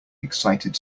excited